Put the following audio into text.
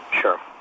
Sure